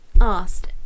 asked